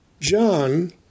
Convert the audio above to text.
John